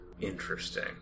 Interesting